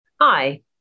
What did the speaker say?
Hi